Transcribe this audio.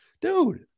dude